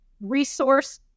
resource